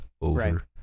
over